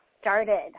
started